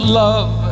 love